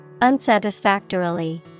Unsatisfactorily